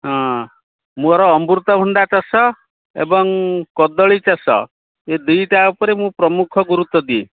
ହଁ ମୋର ଆମ୍ବୃତ ଭଣ୍ଡା ଚାଷ ଏବଂ କଦଳୀ ଚାଷ ଏ ଦୁଇଟା ଉପରେ ମୁଁ ପ୍ରମୁଖ ଗୁରୁତ୍ୱ ଦିଏ